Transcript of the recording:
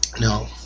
No